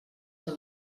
que